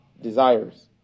desires